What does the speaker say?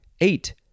Eight